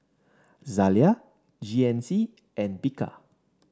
Zalia G N C and Bika